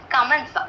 comments